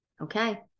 Okay